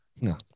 No